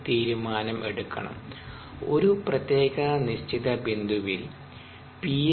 ഒരു തീരുമാനം എടുക്കണം ഒരു പ്രത്യേക നിശ്ചിത ബിന്ദുവിൽ പി